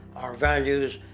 our values,